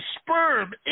sperm